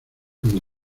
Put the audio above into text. fondo